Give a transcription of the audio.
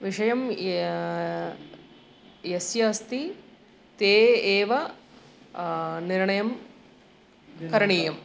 विषयं यस्य अस्ति ते एव निर्णयं करणीयम्